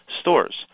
stores